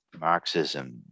Marxism